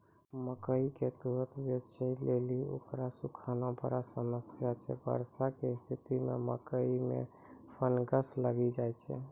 मकई के तुरन्त बेचे लेली उकरा सुखाना बड़ा समस्या छैय वर्षा के स्तिथि मे मकई मे फंगस लागि जाय छैय?